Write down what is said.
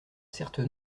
certes